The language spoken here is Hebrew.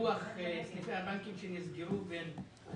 בהתנחלויות 1.